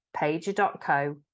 pager.co